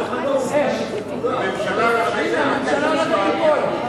הנה, הממשלה הולכת ליפול.